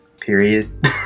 period